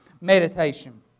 meditation